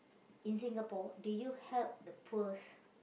in Singapore do you help the poors